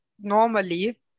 normally